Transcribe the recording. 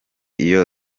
iyo